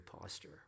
posture